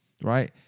Right